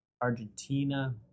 Argentina